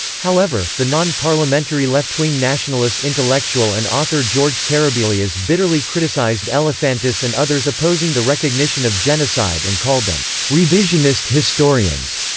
however, the non-parliamentary left-wing nationalist intellectual and author george karabelias bitterly criticized elefantis and others opposing the recognition of genocide and called them revisionist historians,